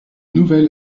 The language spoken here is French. nouvel